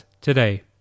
today